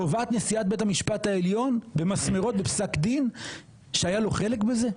קובעת נשיאת בית המשפט העליון במסמרות בפסק דין שהיה לו חלק בזה?